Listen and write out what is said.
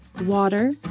water